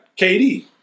KD